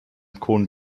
cohn